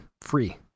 free